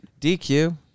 DQ